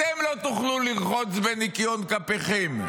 אתם לא תוכלו לרחוץ בניקיון כפיכם.